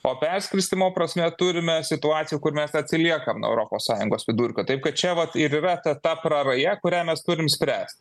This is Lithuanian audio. o perskirstymo prasme turime situaciją kur mes atsiliekam nuo europos sąjungos vidurkio taip kad čia vat ir yra ta ta praraja kurią mes turim spręst